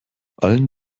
allen